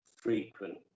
frequent